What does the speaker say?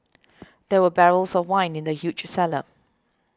there were barrels of wine in the huge cellar